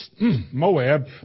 Moab